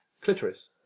Clitoris